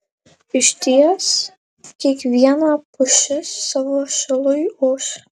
išties kiekviena pušis savo šilui ošia